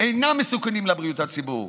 אינם מסוכנים לבריאות הציבור.